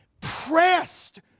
Pressed